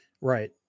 Right